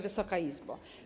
Wysoka Izbo!